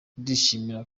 ndashimira